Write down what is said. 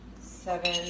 seven